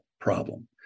problem